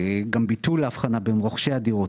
יש את ביטול ההבחנה בין רוכשי הדירות.